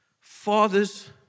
fathers